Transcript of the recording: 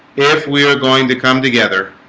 if we are going to come together